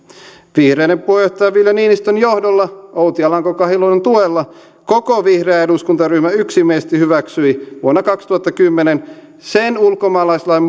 vihreiden puheenjohtaja ville niinistön johdolla outi alanko kahiluodon tuella koko vihreä eduskuntaryhmä yksimielisesti hyväksyi vuonna kaksituhattakymmenen sen ulkomaalaislain